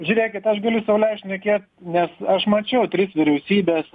žiūrėkit aš galiu sau leist šnekėt nes aš mačiau tris vyriausybes